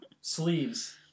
sleeves